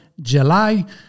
JULY